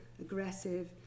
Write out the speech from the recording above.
aggressive